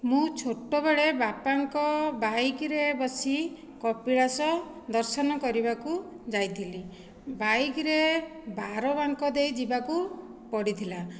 ମୁଁ ଛୋଟବେଳେ ବାପାଙ୍କ ବାଇକରେ ବସି କପିଳାଶ ଦର୍ଶନ କରିବାକୁ ଯାଇଥିଲି ବାଇକରେ ବାରବାଙ୍କ ଦେଇ ଯିବାକୁ ପଡ଼ିଥିଲା